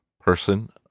person